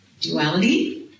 duality